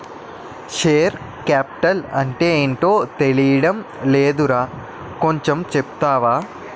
Share capital అంటేటో తెలీడం లేదురా కొంచెం చెప్తావా?